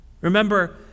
Remember